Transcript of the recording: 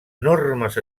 enormes